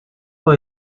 for